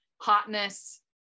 hotness